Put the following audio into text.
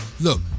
Look